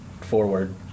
forward